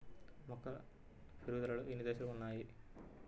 మొక్క పెరుగుదలలో ఎన్ని దశలు వున్నాయి?